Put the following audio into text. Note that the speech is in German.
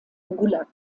gulag